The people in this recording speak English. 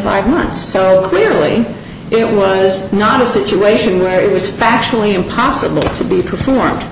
five months so clearly it was not a situation where it was factually impossible to be performed